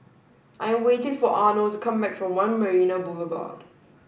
I'm waiting for Arno to come back from One Marina Boulevard